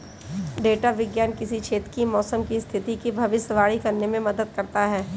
data विज्ञान किसी क्षेत्र की मौसम की स्थिति की भविष्यवाणी करने में मदद करता है